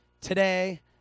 today